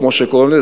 כמו שקוראים לזה,